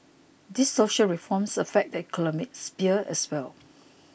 these social reforms affect the economic sphere as well